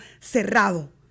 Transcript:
cerrado